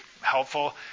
helpful